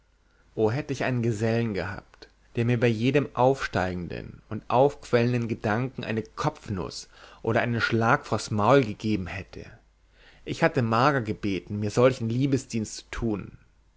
o hätte ich einen gesellen gehabt der mir bei jedem aufsteigenden und aufquellenden gedanken eine kopfnuß oder einen schlag vors maul gegeben hätte ich hatte marga gebeten mir solchen liebesdienst zu tun